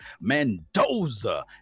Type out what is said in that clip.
Mendoza